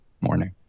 morning